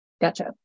Gotcha